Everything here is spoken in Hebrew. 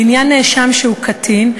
לעניין נאשם שהוא קטין,